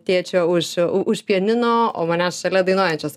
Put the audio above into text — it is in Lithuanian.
tėčio už u už pianino o manęs šalia dainuojančios